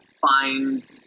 find